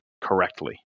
correctly